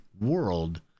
world